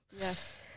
Yes